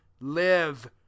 live